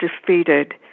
defeated